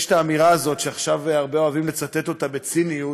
יש האמירה הזאת שעכשיו הרבה אוהבים לצטט אותה בציניות: